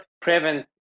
prevent